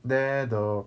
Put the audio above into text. there the